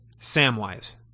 Samwise